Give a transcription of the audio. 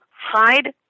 hide